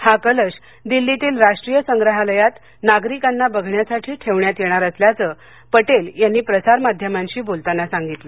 हा कलश दिल्लीतील राष्ट्रीय संग्रहालयात नागरिकांना बघण्यासाठी ठेवण्यात येणार असल्याचं पटेल यांनी प्रसार माध्यमांशी बोलताना सांगितलं